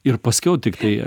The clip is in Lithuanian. ir paskiau tiktai